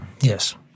Yes